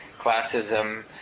classism